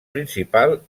principal